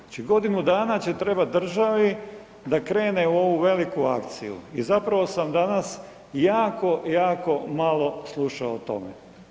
Znači godinu dana će trebati državi da krene u ovu veliku akciju i zapravo sam danas jako, jako malo slušao o tome.